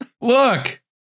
Look